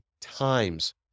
times